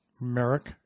Merrick